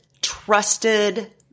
trusted